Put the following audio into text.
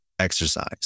exercise